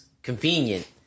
convenient